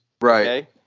right